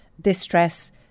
distress